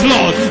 Lord